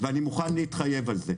ואני מוכן להתחייב לזה.